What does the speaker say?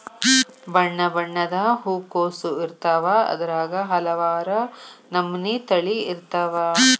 ಬಣ್ಣಬಣ್ಣದ ಹೂಕೋಸು ಇರ್ತಾವ ಅದ್ರಾಗ ಹಲವಾರ ನಮನಿ ತಳಿ ಇರ್ತಾವ